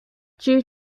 due